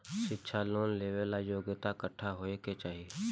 शिक्षा लोन लेवेला योग्यता कट्ठा होए के चाहीं?